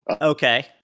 Okay